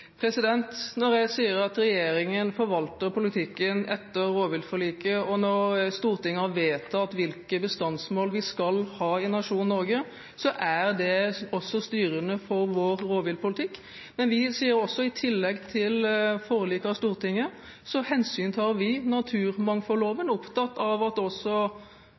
Når jeg sier at regjeringen forvalter politikken etter rovviltforliket, og når Stortinget har vedtatt hvilke bestandsmål vi skal ha i nasjonen Norge, er det også styrende for vår rovviltpolitikk. Men vi sier også at vi i tillegg til forliket i Stortinget hensyntar naturmangfoldloven og er opptatt av at jakten på dyr også